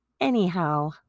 Anyhow